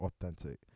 authentic